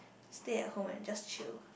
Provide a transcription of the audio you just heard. stay at home and just chill